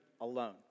alone